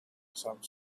some